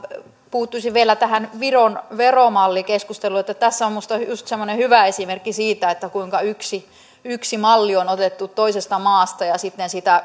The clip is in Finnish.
puuttuisin vielä tähän viron veromallikeskusteluun tässä on minusta just semmoinen hyvä esimerkki siitä kuinka yksi yksi malli on otettu toisesta maasta ja sitten